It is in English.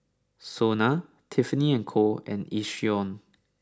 Sona Tiffany and Co and Yishion